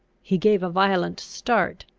he gave a violent start.